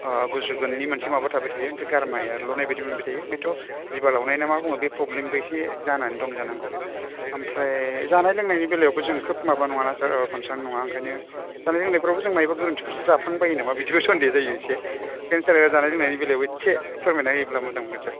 गुजुगोननि मोनसे माबा थाबाय थायो ओमफ्राय गारमाया एरल'नाय बायदि मोनबाय थायो बेथ' जिबा गावनायना मा होनो बे फ्रब्लेमबो इसे जानानै दं जानांगौ ओमफ्राय जानाय लोंनायनि बेलायावबो जों खोब माबा नङा ना सार खनसान नङा ओंखायनो जानाय लोंनायफ्रावबो जों माहाययबा गोरोन्थिफोर जाफ्लां बायो नामा बिदिबो सनदेह' जायो इसे जोंफोरा जानाय लोंनायनि बेलायावबो इसे फोरमायना होयोब्ला मोजां मोनगोन सार